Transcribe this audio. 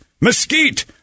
mesquite